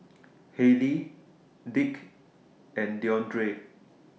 Haley Dick and Deondre